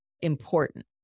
important